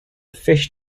fish